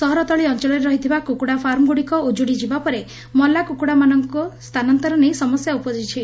ସହର ତଳି ଅଞ୍ଚଳରେ ରହିଥିବା କୁକୁଡା ଫାର୍ମ ଗୁଡ଼ିକ ଉକୁଡି ଯିବାପରେ ମଲାକୁକୁଡା ମାନଙ୍ଙ ସ୍ଥାନାନ୍ତର ନେଇ ସମସ୍ୟା ଉପୁଜିଛି